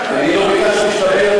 אני לא ביקשתי שתביע,